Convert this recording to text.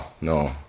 no